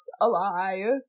alive